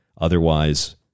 otherwise